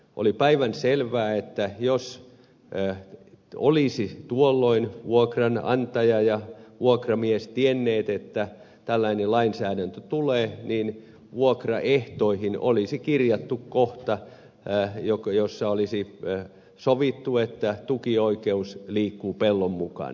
oli päivänselvää että jos olisivat tuolloin vuokranantaja ja vuokramies tienneet että tällainen lainsäädäntö tulee niin vuokraehtoihin olisi kirjattu kohta jossa olisi sovittu että tukioikeus liikkuu pellon mukana